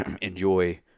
enjoy